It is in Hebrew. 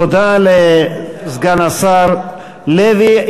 תודה לסגן השר לוי.